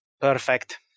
perfect